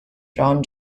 jon